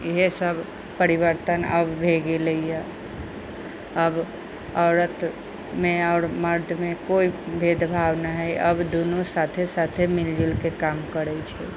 इहे सब परिवर्तन आब भे गेलै हँ अब औरत मे आओर मरद मे कोइ भेद भाव नहि है अब दुनू साथे साथे मिलजुलके काम करै छै